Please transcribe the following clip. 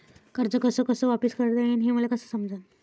कर्ज कस कस वापिस करता येईन, हे मले कस समजनं?